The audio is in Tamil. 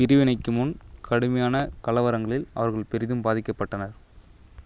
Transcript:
பிரிவினைக்கு முன் கடுமையான கலவரங்களில் அவர்கள் பெரிதும் பாதிக்கப்பட்டனர்